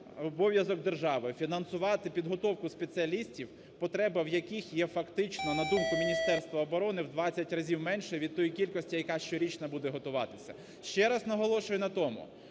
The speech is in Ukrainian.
обов'язок держави фінансувати підготовку спеціалістів, потреба в яких є, фактично, на думку Міністерства оборони, в 20 разів менше від тої кількості, яка щорічно буде готуватися. Ще раз наголошую на тому,